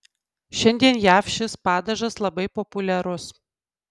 šiandien jav šis padažas labai populiarius